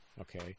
Okay